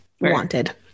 wanted